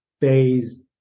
phase